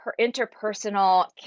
interpersonal